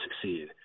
succeed